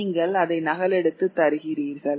நீங்கள் அதை நகலெடுத்து தருகிறீர்கள்